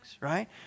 right